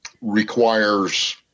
requires